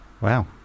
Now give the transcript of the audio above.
Wow